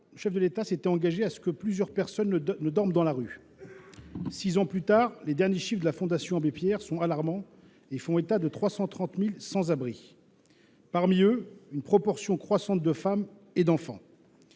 le chef de l’État s’était engagé à ce que plus personne ne dorme dans la rue. Six ans plus tard, les derniers chiffres de la Fondation Abbé Pierre sont alarmants : ils font état de 330 000 sans abri, dont une proportion croissante de femmes et d’enfants.